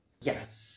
Yes